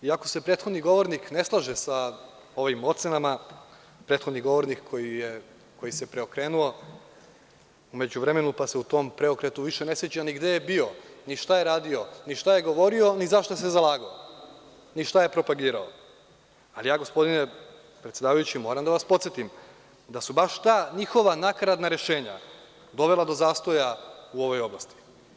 Iako se prethodni govornik ne slaže sa ovim ocenama, prethodni govornik koji se preokrenuo u međuvremenu pa se u tom preokretu više ne seća ni gde je bio, ni šta je radio, ni šta je govorio, ni za šta se zalagao, ni šta je propagirao, ali ja, gospodine predsedavajući, moram da vas podsetim da su baš ta njihova nakaradna rešenja dovela do zastoja u ovoj oblasti.